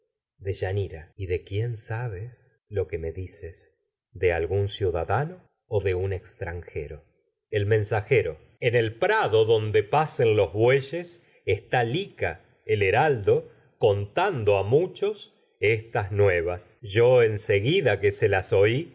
deyanira y de quién sabes lo que me dices de o algún ciudadano el de un extranjero prado donde a mensajero en el pacen los bue nue yes vas está lica yo el en el heraldo contando que se muchos estas seguida en las oí